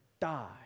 die